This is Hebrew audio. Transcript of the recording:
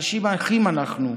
אנשים אחים אנחנו,